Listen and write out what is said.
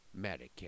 Medicare